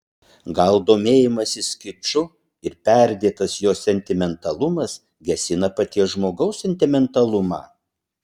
gal domėjimasis kiču ir perdėtas jo sentimentalumas gesina paties žmogaus sentimentalumą